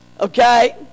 Okay